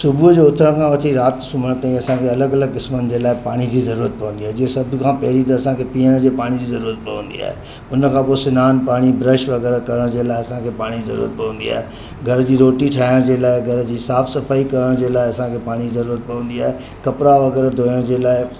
सुबुह जो उथण खां वठी राति जो सुम्हणु ताईं असांखे अलॻि अलॻि क़िस्मनि जे लाइ पाणी जी ज़रूरत पवंदी आहे जीअं सभु खां पहिरीं त असांखे पीअण जे पाणी जी ज़रूरत पवंदी आहे उन खां पोइ सनानु पाणी ब्रश वग़ैरह करण जे लाइ असांखे पाणी जी ज़रूरत पवंदी आहे घर जी रोटी ठाहिण जे लाइ घर जी साफ़ु सफ़ाई करण जे लाइ असांखे पाणी जी ज़रूरत पवंदी आहे कपिड़ा वग़ैरह धुअण जे लाइ